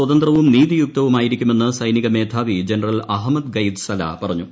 സ്വതന്ത്രവും നീതിയുക്തവുമായിരിക്കുമെന്ന് സൈനിക മേധാവി ജനറൽ അഹമ്മദ് ഗയിദ് സല പറഞ്ഞു